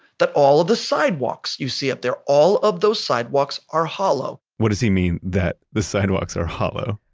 that all of the sidewalks you see up there, all of those sidewalks are hollow what does he mean that the sidewalks are hollow?